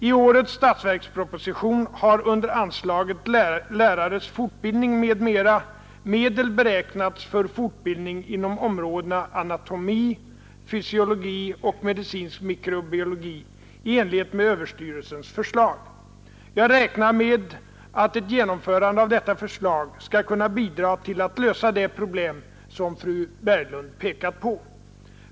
I årets statsverksproposition har under anslaget Lärares fortbildning m.m. medel beräknats för fortbildning inom områdena anatomi, fysiologi och medicinsk mikrobiologi i enlighet med överstyrelsens förslag. Jag räknar med att ett genomförande av detta förslag skall kunna bidra till att lösa det problem som fru Berglund pekat på.